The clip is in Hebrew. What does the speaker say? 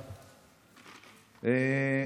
תודה רבה.